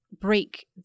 break